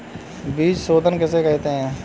बीज शोधन किसे कहते हैं?